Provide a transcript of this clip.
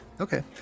Okay